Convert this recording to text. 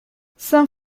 saint